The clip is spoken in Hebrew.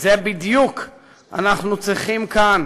את זה בדיוק אנחנו צריכים כאן